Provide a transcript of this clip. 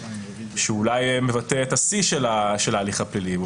שאולי מבטא את השיא של ההליך הפלילי.